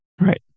Right